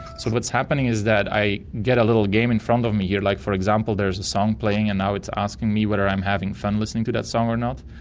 so what's happening is that i get a little game in front of me here, like for example there is a song playing and now it's asking me whether i'm having fun listening to that song or not.